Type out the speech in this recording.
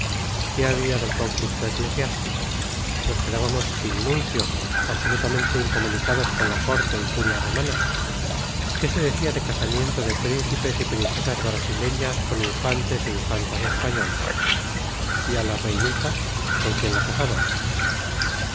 qué había del conflicto eclesiástico nos quedábamos sin nuncio absolutamente incomunicados con la corte y curia romanas qué se decía de casamiento de príncipes y princesas brasileñas con infantes e infantas españolas y a la reinita con quién la casaban